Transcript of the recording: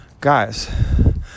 guys